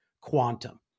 quantum